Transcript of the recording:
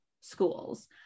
schools